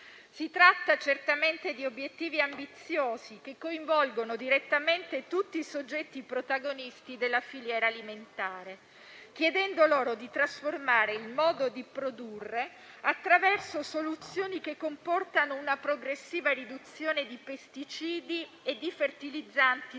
Si tratta certamente di obiettivi ambiziosi, che coinvolgono direttamente tutti i soggetti protagonisti della filiera alimentare, chiedendo loro di trasformare il modo di produrre attraverso soluzioni che comportano una progressiva riduzione di pesticidi e fertilizzanti sui